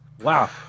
Wow